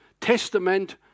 Testament